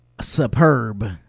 superb